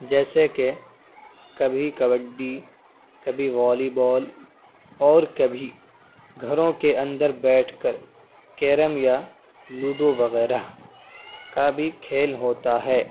جیسے کہ کبھی کبڈی کبھی والی بال اور کبھی گھروں کے اندر بیٹھ کر کیرم یا لوڈو وغیرہ کا بھی کھیل ہوتا ہے